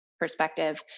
perspective